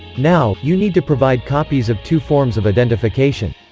now, you need to provide copies of two forms of identification.